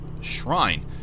shrine